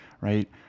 right